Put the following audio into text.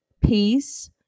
Peace